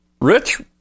Rich